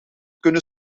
kunnen